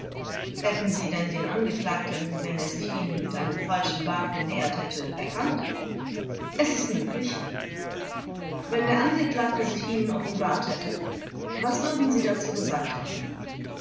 hätten sie denn den angeklagten wenn er sich ihnen mit einem falschen bart genähert hätte erkannt zeugin es ist möglich vors wenn der angeklagte sich ihnen offenbart hätte was würden sie dazu gesagt haben